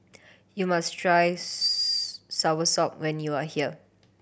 you must try soursop when you are here